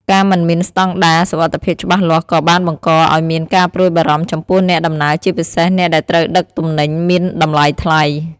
ការមិនមានស្តង់ដារសុវត្ថិភាពច្បាស់លាស់ក៏បានបង្កឱ្យមានការព្រួយបារម្ភចំពោះអ្នកដំណើរជាពិសេសអ្នកដែលត្រូវដឹកទំនិញមានតម្លៃថ្លៃ។